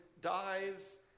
dies